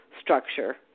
structure